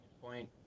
point